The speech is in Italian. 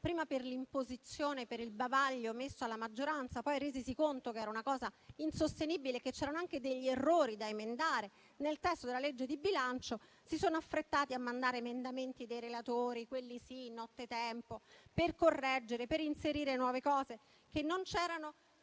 prima per l'imposizione e il bavaglio messo alla maggioranza, poi, resisi conto che era una cosa insostenibile e che c'erano anche degli errori da emendare nel testo della legge di bilancio, si sono affrettati a mandare emendamenti dei relatori nottetempo per correggere ed inserire nuove cose, che non c'erano.